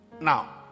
Now